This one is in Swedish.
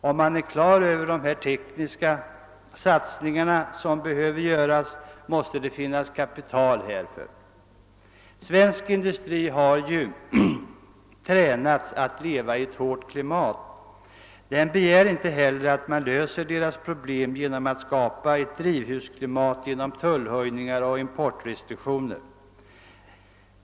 Om man är på det klara med de tekniska satsningar som behöver göras, behöver man kapital härför. Svensk industri har tränats att leva i ett hårt klimat. Den begär inte heller att man skall lösa dess problem genom att skapa ett drivhusklimat med hjälp av tullhöjningar och importrestriktioner.